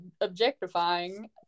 objectifying